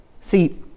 See